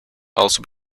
also